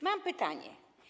Mam pytanie.